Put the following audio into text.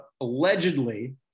allegedly